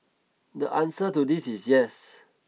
the answer to this is yes